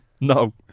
No